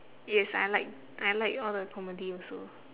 yes I like I like all the comedy also